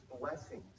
blessings